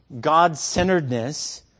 God-centeredness